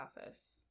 office